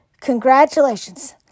Congratulations